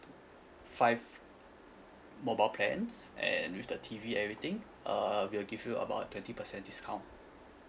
five mobile plans and with the T_V everything uh we'll give you about twenty percent discount